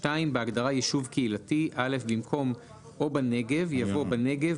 2. בהגדרה "יישוב קהילתי" (א) במקום "או בנגב" יבוא: "בנגב,